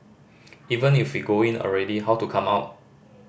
even if go in already how to come out